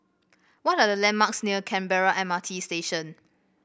what are the landmarks near Canberra M R T Station